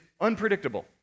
unpredictable